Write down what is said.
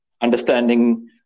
understanding